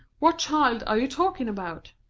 what child are you talking about?